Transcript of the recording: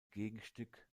gegenstück